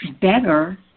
better